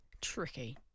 tricky